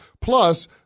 Plus